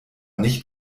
nicht